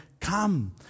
come